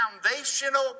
foundational